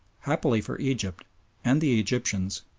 happily for egypt and the egyptians,